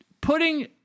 Putting